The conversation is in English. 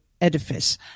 edifice